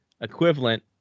equivalent